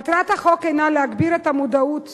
מטרת החוק הינה להגביר את המודעות